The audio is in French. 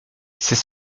c’est